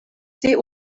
sie